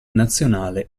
nazionale